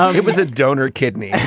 um it was a donor kidney. and